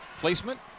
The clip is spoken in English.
Placement